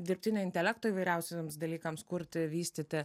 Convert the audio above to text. dirbtinio intelekto įvairiausiems dalykams kurti vystyti